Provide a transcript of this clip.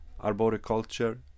arboriculture